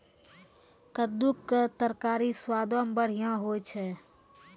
कद्दू के तरकारी स्वादो मे बढ़िया होय छै